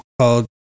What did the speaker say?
called